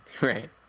Right